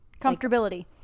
Comfortability